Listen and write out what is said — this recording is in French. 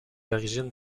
origines